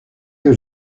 que